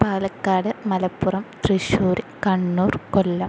Palakkad Malappuram Thrissur Kannur Kollam